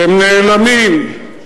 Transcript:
אתם נעלמים,